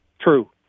True